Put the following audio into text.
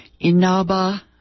Inaba